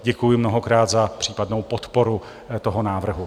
Děkuji mnohokrát za případnou podporu toho návrhu.